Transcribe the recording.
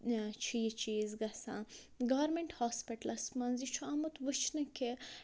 چھِ یہِ چیٖز گژھان گورمٮ۪نٛٹ ہاسپِٹلَس منٛز یہِ چھُ آمُت وٕچھنہٕ کہِ